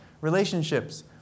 relationships